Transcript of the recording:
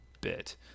bit